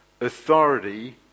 authority